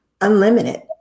unlimited